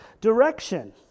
direction